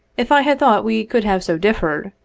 if i had thought we could have so differed,